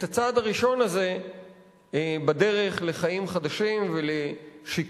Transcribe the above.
את הצעד הראשון הזה בדרך לחיים חדשים ולשיקום